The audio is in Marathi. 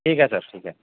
ठीक आहे सर ठीक आहे